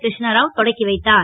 கிரு ணரா தொடக்கி வைத்தார்